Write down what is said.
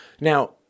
now